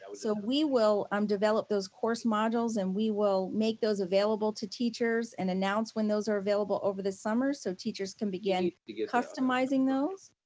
so so we will um develop those course modules and we will make those available to teachers and announce when those are available over the summer so teachers can begin begin customizing those.